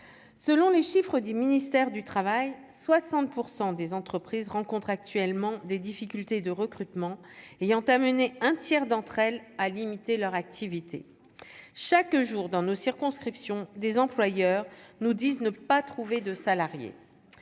selon les chiffres du ministère du Travail 60 % des entreprises rencontre actuellement des difficultés de recrutement ayant terminé un tiers d'entre elles à limiter leur activité chaque jour dans nos circonscriptions des employeurs nous disent ne pas trouver de salariés